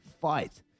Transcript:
fight